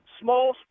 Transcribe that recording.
small